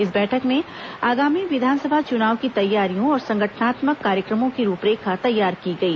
इस बैठक में आगामी विधानसभा चुनाव की तैयारियों और संगठनात्मक कार्यक्रमों की रूपरेखा तैयार की गई